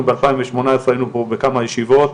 אנחנו ב-2018 היינו פה בכמה ישיבות,